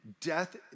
death